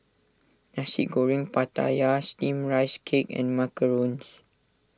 Nasi Goreng Pattaya Steamed Rice Cake and Macarons